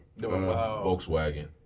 Volkswagen